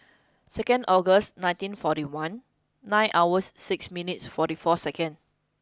second August nineteen forty one nine hours six minutes forty four second